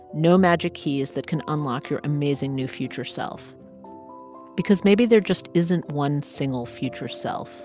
no magic keys that can unlock your amazing, new, future self because maybe there just isn't one single future self